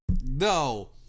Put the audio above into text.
no